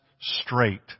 straight